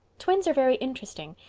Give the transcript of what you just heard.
twins are very interesting.